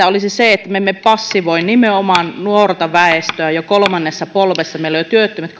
olisi se että me emme passivoi nimenomaan nuorta väestöä jo kolmannessa polvessa meillä on työttömät